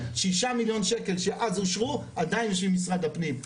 6 מיליון שקל שאז אושרו עדיין יושבים במשרד הפנים.